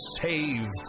save